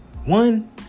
One